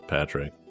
Patrick